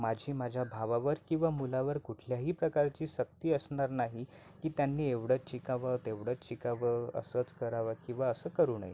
माझी माझ्या भावावर किंवा मुलावर कुठल्याही प्रकारची सक्ती असणार नाही की त्यांनी एवढंच शिकावं तेवढंच शिकावं असंच करावं किंवा असं करू नये